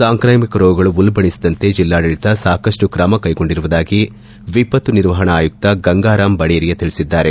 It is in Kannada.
ಸಾಂಕ್ರಾಮಿಕ ರೋಗಗಳು ಉಲ್ಲಣಿಸದಂತೆ ಬೆಲ್ಲಾಡಳಿತ ಸಾಕಷ್ಟು ತ್ರಮ ಕೈಗೊಂಡಿರುವುದಾಗಿ ಎಂದು ವಿಪತ್ತು ನಿರ್ವಹಣಾ ಆಯುಕ್ತ ಗಂಗರಾಮ್ ಬಡೇರಿಯಾ ತಿಳಿಸಿದ್ದಾರೆ